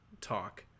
talk